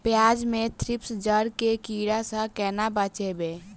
प्याज मे थ्रिप्स जड़ केँ कीड़ा सँ केना बचेबै?